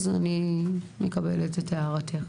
אני מקבלת את הערתך.